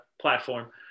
platform